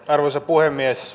arvoisa puhemies